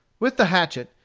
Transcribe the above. with the hatchet,